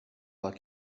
pas